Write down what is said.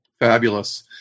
fabulous